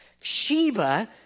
Sheba